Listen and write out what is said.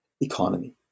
economy